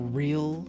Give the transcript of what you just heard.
real